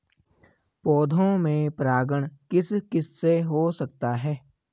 पौधों में परागण किस किससे हो सकता है?